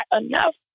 enough